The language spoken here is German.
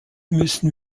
müssen